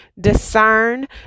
discern